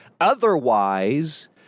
Otherwise